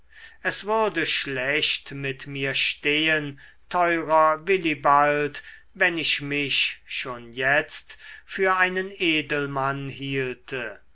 es würde schlecht mit mir stehen teurer billibald wenn ich mich schon jetzt für einen edelmann hielte